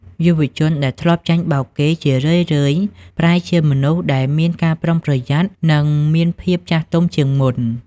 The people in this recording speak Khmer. យុវជនដែលធ្លាប់ចាញ់បោកគេ ជារឿយៗប្រែជាមនុស្សដែលមានការប្រុងប្រយ័ត្ន និងមានភាពចាស់ទុំជាងមុន។